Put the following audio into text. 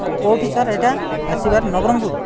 କେଉଁଠି ସାର୍ ଏଇଟା ଆସିବାର ନବରଙ୍ଗପୁର